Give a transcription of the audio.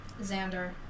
Xander